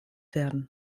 werden